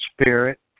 spirit